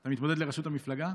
אתה מתמודד לראשות המפלגה?